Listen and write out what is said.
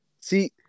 See